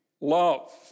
love